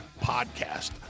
Podcast